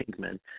Pinkman